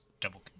double